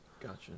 Gotcha